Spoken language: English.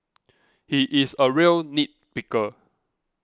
he is a real nit picker